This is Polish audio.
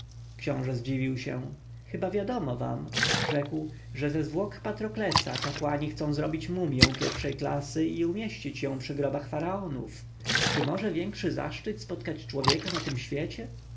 książę zdziwił się chyba wiadomo wam rzekł że ze zwłok patroklesa kapłani chcą zrobić mumję pierwszej klasy i umieścić ją przy grobach faraonów czy może większy zaszczyt spotkać człowieka na tym świecie